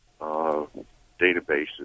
databases